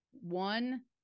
one